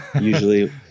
Usually